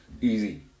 Easy